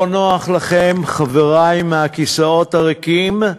לא נוח לכם, חברי מהכיסאות הריקים,